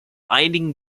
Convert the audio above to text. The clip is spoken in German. einigen